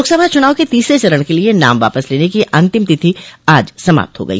लोकसभा चूनाव के तीसरे चरण के लिये नाम वापस लेने की अंतिम तिथि आज समाप्त हो गई